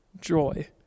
joy